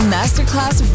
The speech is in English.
Masterclass